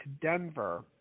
Denver